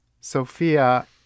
Sophia